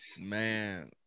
Man